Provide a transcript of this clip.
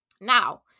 Now